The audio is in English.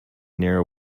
near